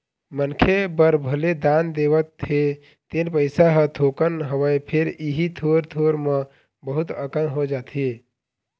मनखे बर भले दान देवत हे तेन पइसा ह थोकन हवय फेर इही थोर थोर म बहुत अकन हो जाथे